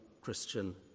Christian